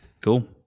Cool